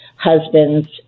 husbands